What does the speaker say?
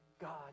God